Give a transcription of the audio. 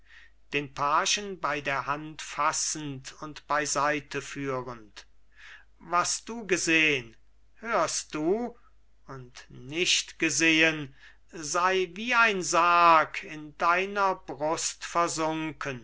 den pagen bei der hand fassend und beiseite führend was du gesehn hörst du und nicht gesehen sei wie ein sarg in deiner brust versunken